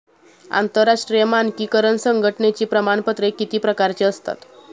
आंतरराष्ट्रीय मानकीकरण संघटनेची प्रमाणपत्रे किती प्रकारची असतात?